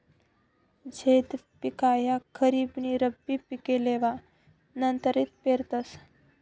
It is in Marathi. झैद पिक ह्या खरीप नी रब्बी पिके लेवा नंतरथिन पेरतस